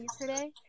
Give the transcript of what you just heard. today